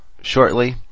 shortly